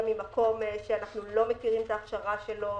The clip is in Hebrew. ממקום שאנחנו לא מכירים את ההכשרה שלו,